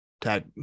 tag